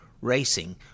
racing